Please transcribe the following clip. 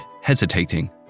hesitating